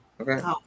Okay